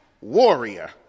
warrior